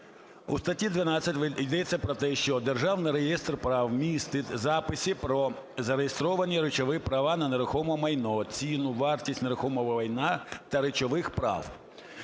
У статті 12 йдеться про те, що державний реєстр прав містить записи про зареєстровані речові права на нерухоме майно, ціну (вартість) нерухомого майна та речових прав